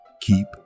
Keep